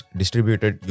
distributed